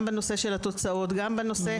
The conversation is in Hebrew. גם בנושא של התוצאות וגם בנושא